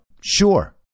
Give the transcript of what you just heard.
sure